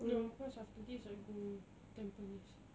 no cause after this I go tampines